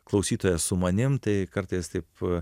klausytojas su manim tai kartais taip